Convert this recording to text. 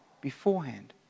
beforehand